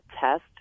test